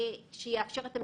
דרך אגב, כשקיימנו את הדיונים,